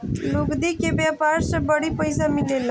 लुगदी के व्यापार से बड़ी पइसा मिलेला